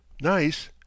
Nice